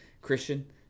Christian